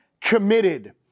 committed